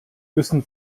müssen